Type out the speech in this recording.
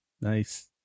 Nice